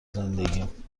زندگیم